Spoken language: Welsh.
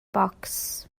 bocs